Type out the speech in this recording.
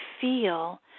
feel